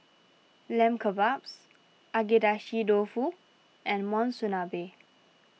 Lamb Kebabs Agedashi Dofu and Monsunabe